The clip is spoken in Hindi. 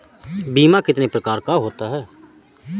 बीमा कितने प्रकार का होता है?